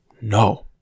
No